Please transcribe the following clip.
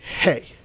Hey